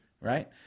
right